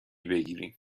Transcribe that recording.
بگیریم